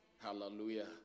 Hallelujah